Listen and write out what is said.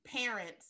parents